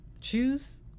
Choose